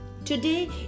Today